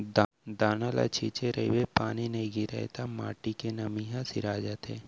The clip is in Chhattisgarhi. दाना ल छिंचे रहिबे पानी नइ गिरय त माटी के नमी ह सिरा जाथे